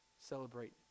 Celebrate